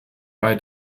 bei